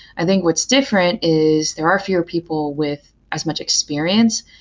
i think what's different is there are fewer people with as much experience,